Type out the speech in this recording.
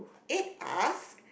it asks